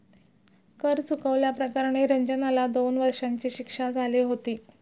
कर चुकवल्या प्रकरणी रंजनला दोन वर्षांची शिक्षा झाली होती